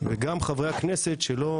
וגם חברי הכנסת שלא